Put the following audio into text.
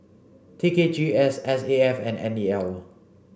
T K G S S A F and N E L